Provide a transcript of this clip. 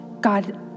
God